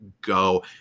go